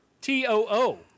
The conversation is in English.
T-O-O